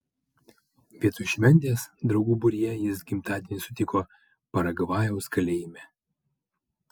vietoj šventės draugų būryje jis gimtadienį sutiko paragvajaus kalėjime